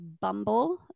Bumble